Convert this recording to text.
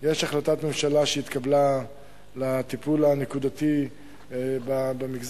יש החלטת ממשלה שהתקבלה לטיפול הנקודתי במגזר.